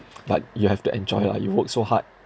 but you have to enjoy lah you work so hard